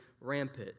rampant